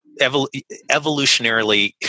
Evolutionarily